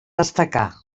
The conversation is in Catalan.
destacar